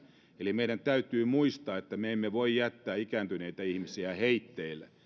eli meidän täytyy muistaa että me emme voi jättää ikääntyneitä ihmisiä heitteille siitä